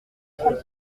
trente